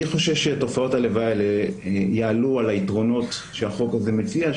אני חושב שתופעות הלוואי יעלו על היתרונות שהחוק הזה מציע,